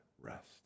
rest